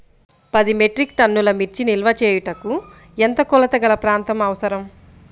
పది మెట్రిక్ టన్నుల మిర్చి నిల్వ చేయుటకు ఎంత కోలతగల ప్రాంతం అవసరం?